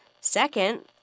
Second